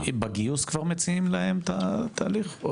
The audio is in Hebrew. בגיוס כבר מציעים להם את התהליך?